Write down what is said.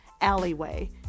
alleyway